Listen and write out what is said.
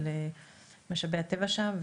של משאבי הטבע שם.